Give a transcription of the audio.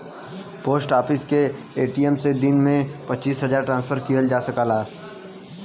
post office के ATM से दिन में पचीस हजार ट्रांसक्शन किहल जा सकला